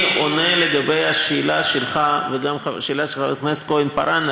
אני עונה על השאלה שלך וגם על השאלה של חברת הכנסת כהן-פארן